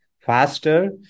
faster